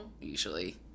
usually